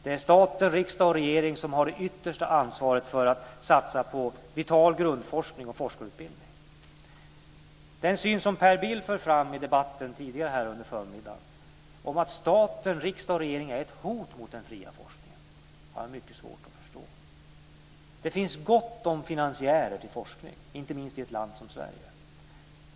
Det är riksdag och regering som har det yttersta ansvaret för att satsa på vital grundforskning och forskarutbildning. Den syn som Per Bill förde fram tidigare i debatten här under förmiddagen om att staten, riksdag och regering, är ett hot mot det fria forskningen har jag mycket svårt att förstå. Det finns gott om finansiärer till forskning, inte minst i ett land som Sverige.